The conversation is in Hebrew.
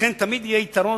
לכן תמיד יהיה יתרון,